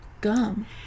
gum